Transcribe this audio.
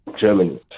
Germany